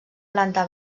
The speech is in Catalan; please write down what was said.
planta